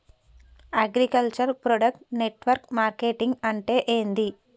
Agriculture product network marketing అంటే ఏంది?